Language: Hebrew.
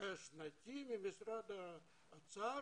שנתי ממשרד האוצר